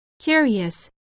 curious